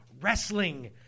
wrestling